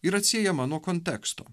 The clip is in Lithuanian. ir atsiejama nuo konteksto